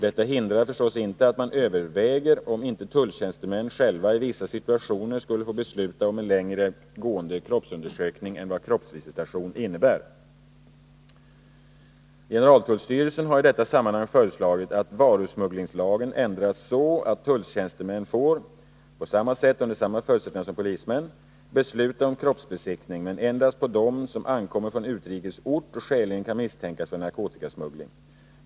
Detta hindrar förstås inte att man överväger om inte tulltjänstemän själva i vissa situationer skulle få besluta om en längre gående kroppsundersökning än vad kroppsvisitation innebär. Generaltullstyrelsen har i detta sammanhang föreslagit att varusmugglingslagen ändras så att tulltjänstemän får — på samma sätt och under samma förutsättningar som polismän — besluta om kroppsbesiktning men endast på dem som ankommer från utrikes ort och skäligen kan misstänkas för narkotikasmuggling.